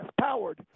powered